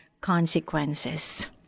consequences